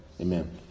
Amen